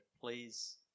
please